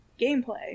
gameplay